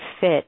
fit